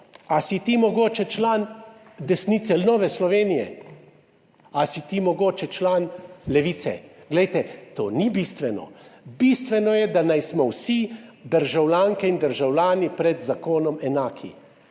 si ti mogoče član desnice, Nove Slovenije, a si ti mogoče član Levice. Glejte to ni bistveno. Bistveno je, da smo vsi državljanke in državljani pred zakonom enaki,